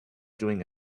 doing